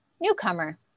newcomer